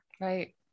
Right